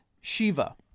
Shiva